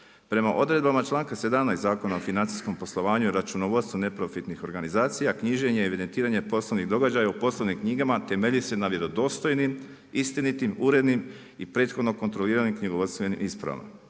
Prema odredbama članka 17. Zakona o financijskom poslovanju i računovodstvu neprofitnih organizacija knjiženje i evidentiranje poslovnih događaja u poslovnim knjigama temelji se na vjerodostojnim, istinitim, urednim i prethodno kontroliranim knjigovodstvenim ispravama.